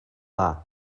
dda